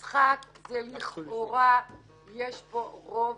זה משחק, כאשר לכאורה יש פה רוב